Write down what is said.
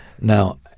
Now